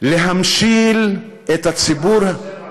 להמשיל את הציבור,